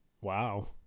wow